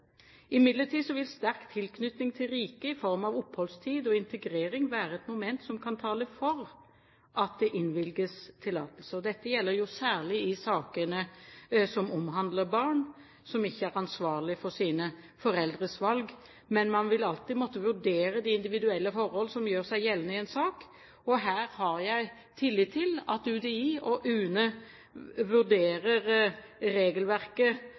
Imidlertid vil sterk tilknytning til riket i form av oppholdstid og integrering være et moment som kan tale for at det innvilges tillatelse, og dette gjelder særlig i sakene som omhandler barn, som ikke er ansvarlige for sine foreldres valg. Men man vil alltid måtte vurdere de individuelle forhold som gjør seg gjeldende i en sak, og her har jeg tillit til at UDI og UNE på en god måte vurderer regelverket